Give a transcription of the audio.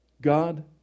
God